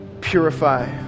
purify